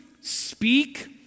speak